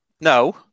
No